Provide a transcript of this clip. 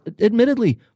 admittedly